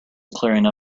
clearing